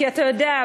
כי אתה יודע,